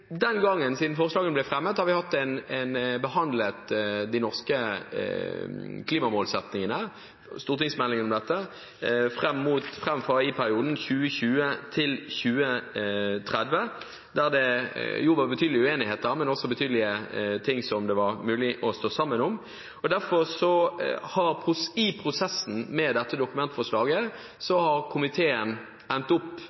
den gang forslagene ble fremmet, har vi behandlet de norske klimamålsettingene – stortingsmeldingen om dette – for perioden 2021–2030. Der var det betydelige uenigheter, men også betydelige ting som det var mulig å stå sammen om. I prosessen med dette Dokument 8-forslaget har komiteen derfor endt med et mindretall som har